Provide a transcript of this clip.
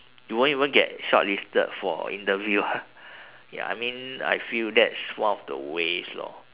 you won't even get shortlisted for interview ah ya I mean I feel that's one of the ways lor